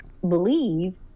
believe